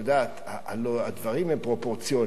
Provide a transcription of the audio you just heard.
יודעת, הלוא הדברים הם פרופורציוניים.